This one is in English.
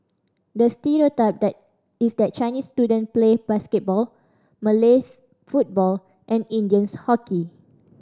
the that is that Chinese student play basketball Malays football and Indians hockey